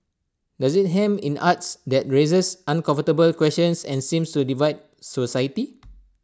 does IT hem in arts that raises uncomfortable questions and seems to divide society